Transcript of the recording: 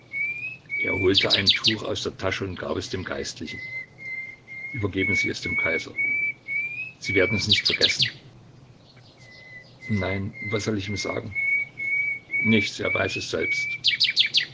er holte ein tuch aus der tasche und gab es dem geistlichen übergeben sie es dem kaiser sie werden es nicht vergessen nein was soll ich ihm sagen nichts er weiß es selbst